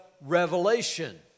revelation